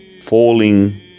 falling